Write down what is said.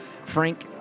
Frank